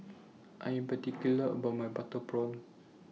I Am particular about My Butter Prawn